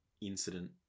incident